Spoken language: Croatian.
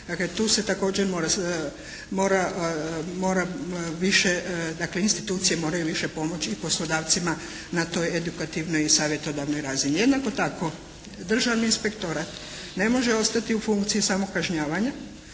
dakle tu se također mora više, dakle institucije moraju više pomoći i poslodavcima na toj edukativnoj i savjetodavnoj razini. Jednako tako državni inspektorat ne može ostati u funkciji samokažnjavanja,